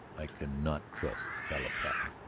i cannot trust caleb patten!